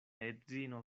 edzino